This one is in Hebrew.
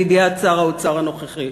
לידיעת שר האוצר הנוכחי.